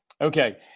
okay